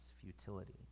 futility